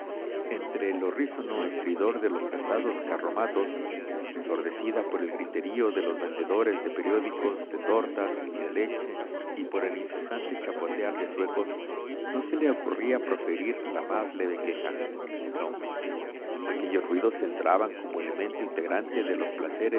entre el horrísono estridor de los pesados carromatos ensordecida por el griterío de los vendedores de periódicos de tortas y de leche y por el incesante chapotear de zuecos no se le ocurría proferir la más leve queja no aquellos ruidos entraban como elemento integrante de los